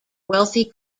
wealthy